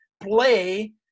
play